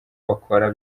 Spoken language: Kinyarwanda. bakora